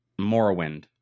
morrowind